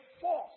force